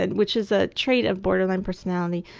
and which is a trait of borderline personality.